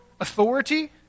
authority